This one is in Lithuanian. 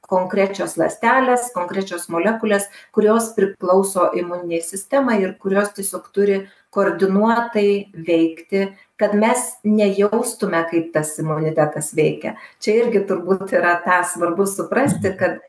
konkrečios ląstelės konkrečios molekulės kurios priklauso imuninei sistemai ir kurios tiesiog turi koordinuotai veikti kad mes nejaustume kaip tas imunitetas veikia čia irgi turbūt yra tą svarbu suprasti kad